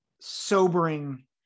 sobering